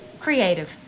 Creative